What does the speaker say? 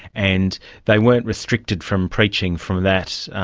and they weren't restricted from preaching from that